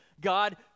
God